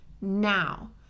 now